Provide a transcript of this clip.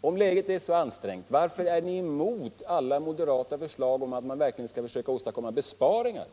om läget är så ansträngt, varför är regeringen emot alla moderata förslag om att verkligen åstadkomma besparingar?